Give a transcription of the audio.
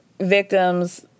victims